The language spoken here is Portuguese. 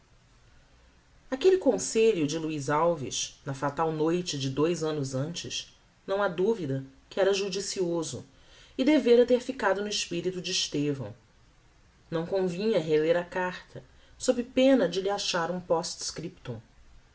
aquelle conselho de luiz alves na fatal noite de dous annos antes não ha duvida que era judicioso e devera ter ficado no espirito de estevão não convinha reler a carta sob pena de lhe achar um